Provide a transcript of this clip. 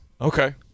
Okay